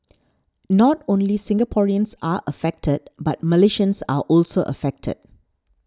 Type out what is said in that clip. not only Singaporeans are affected but Malaysians are also affected